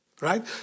Right